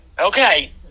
Okay